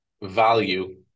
value